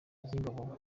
ry’ingabo